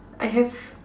I have